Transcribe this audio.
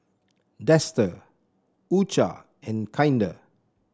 Dester U Cha and Kinder